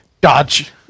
dodge